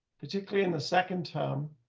particularly in the second term.